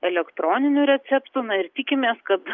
elektroninių receptų na ir tikimės kad